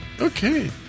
Okay